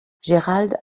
gérald